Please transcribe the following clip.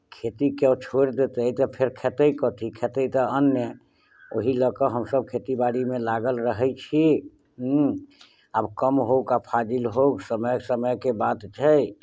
खेतीके छोड़ि देतै तऽ फेर खेतै कथी खेतै तऽ अन्ने ओही लऽ कऽ हमसभ खेतीबाड़ीमे लागल रहैत छी आब कम होउक आ फाजिल होउक समय समयके बात छै